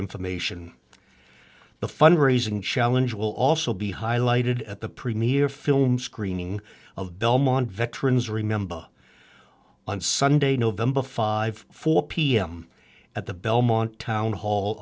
information the fund raising challenge will also be highlighted at the premier film screening of belmont veterans remember on sunday november five four pm at the belmont town hall